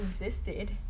existed